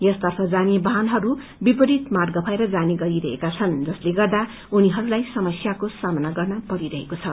यसतर्फ जाने वाहनहरू विपरित मार्ग भएर जाने गरिरहेकाछन् जसले गर्दा उनीहरूलाई समस्याको सामना गर्न परिरहेको छ